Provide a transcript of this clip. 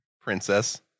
Princess